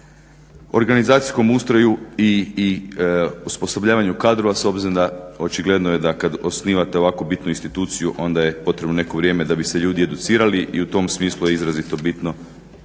organizacijskom ustroju i osposobljavanju kadrova s obzirom da očigledno da kad osnivate ovakvu bitnu instituciju onda je potrebno neko vrijeme da bi se ljudi educirali i u tom smislu je izrazito bitno